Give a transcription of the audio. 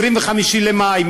25 במאי,